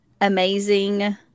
amazing